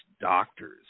doctors